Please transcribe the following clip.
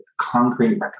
concrete